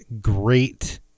great